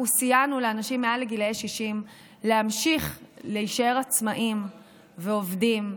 אנחנו סייענו לאנשים מעל גיל 60 להמשיך להישאר עצמאים ועובדים.